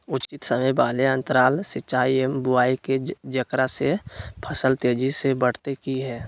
उचित समय वाले अंतराल सिंचाई एवं बुआई के जेकरा से फसल तेजी से बढ़तै कि हेय?